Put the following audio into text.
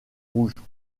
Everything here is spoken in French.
rouges